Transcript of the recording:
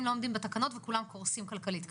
לא עומדים בתקנות וכולם קורסים כלכלית כרגע.